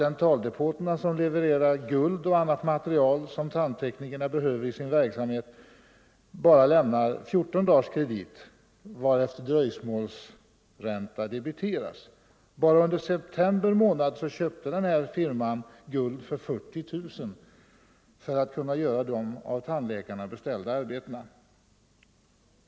Dentaldepöterna, som levererar guld och annat material som tandteknikerna behöver i sin verksamhet, lämnar numera bara 14 dagars kredit, varefter dröjsmålsränta debiteras. Bara under september månad köpte denna firma guld för 40 000 kronor för att kunna göra de av tandläkarna beställda arbetena.